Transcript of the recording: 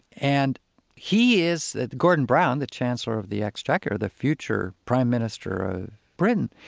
and he is, gordon brown, the chancellor of the exchequer, the future prime minister of britain,